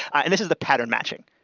and this is the pattern matching.